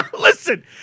Listen